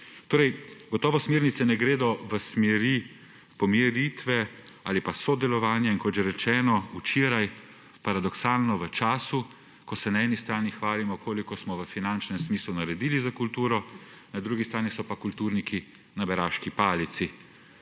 Gotovo smernice ne gredo v smeri pomiritve ali pa sodelovanja in kot že rečeno, včeraj – paradoksalno – v času, ko se na eni strani hvalimo, koliko smo v finančnem smislu naredili za kulturo, na drugi strani so pa kulturniki na beraški palici.